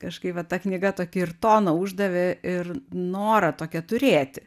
kaškai va ta knyga tokį ir toną uždavė ir norą tokią turėti